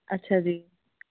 ਅੱਛਾ ਜੀ